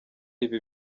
ibi